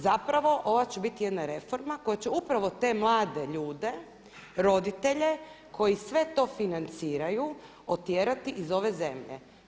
Zapravo ova će biti jedna reforma koja će upravo te mlade ljude roditelje koji sve to financiraju otjerati iz ove zemlje.